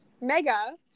mega